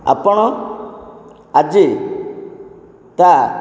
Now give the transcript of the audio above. ଆପଣ ଆଜି ତା